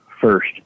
first